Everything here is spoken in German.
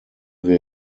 wir